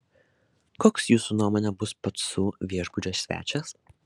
koks jūsų nuomone bus pacų viešbučio svečias